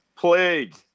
Plague